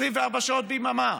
24 שעות ביממה,